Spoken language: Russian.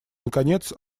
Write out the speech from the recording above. наконец